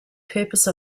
purpose